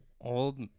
old